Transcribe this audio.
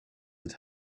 had